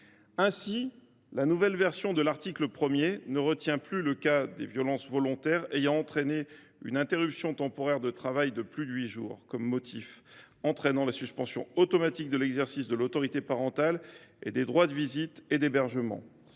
Ainsi, la nouvelle version de l’article 1 ne retient plus le cas des violences volontaires ayant entraîné une ITT de plus de huit jours comme motif entraînant la suspension automatique de l’exercice de l’autorité parentale et des droits de visite et d’hébergement.